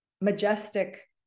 majestic